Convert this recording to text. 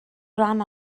ran